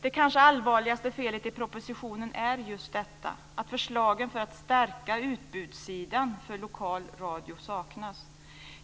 Det kanske allvarligaste felet i propositionen är just detta att förslagen för att stärka utbudssidan för lokal radion saknas.